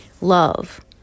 Love